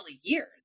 years